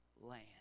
land